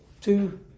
two